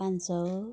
पाँच सय